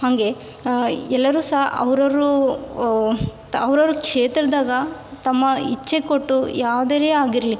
ಹಾಗೆ ಎಲ್ಲರೂ ಸಹ ಅವರವ್ರು ಅವ್ರವ್ರ ಕ್ಷೇತ್ರದಾಗ ತಮ್ಮ ಇಚ್ಛೆ ಕೊಟ್ಟು ಯಾವ್ದೆ ಆಗಿರಲಿ